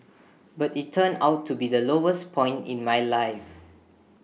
but IT turned out to be the lowest point in my life